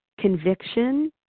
conviction